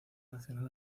nacional